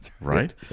Right